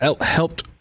helped